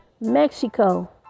Mexico